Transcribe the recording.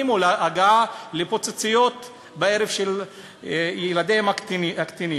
או הגעה לפיצוציות בערב של ילדיהם הקטינים.